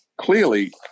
clearly